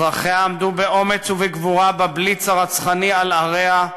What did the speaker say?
אזרחיה עמדו באומץ ובגבורה ב"בליץ" הרצחני על עריה,